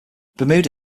bermuda